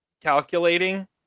calculating